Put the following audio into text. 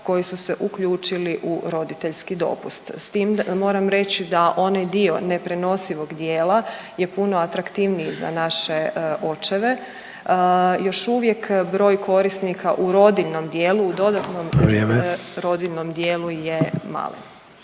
koji su se uključili u roditeljski dopust. S tim da moram reći da onaj dio neprenosivog dijela je puno atraktivniji za naše očeve, još uvijek broj korisnika u rodiljnom dijelu, u dodatnom rodiljnom